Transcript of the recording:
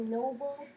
noble